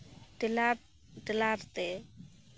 ᱴᱮᱞᱟᱨ ᱴᱮᱞᱟᱨ ᱛᱮ